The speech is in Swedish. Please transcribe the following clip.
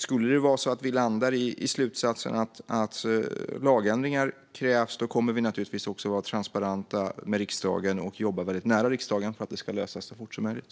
Skulle vi landa i slutsatsen att det krävs lagändringar kommer vi naturligtvis att vara transparenta gentemot och jobba nära riksdagen för att det ska lösas så fort som möjligt.